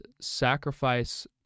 sacrifice